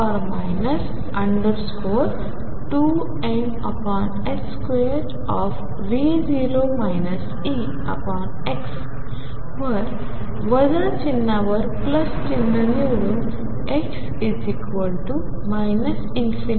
X 0 साठी e2m2V0 Ex वर वजा चिन्हावर प्लस चिन्ह निवडून x ∞